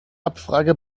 abfrage